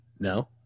No